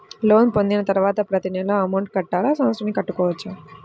Loan పొందిన తరువాత ప్రతి నెల అమౌంట్ కట్టాలా? సంవత్సరానికి కట్టుకోవచ్చా?